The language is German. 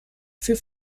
für